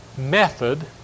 method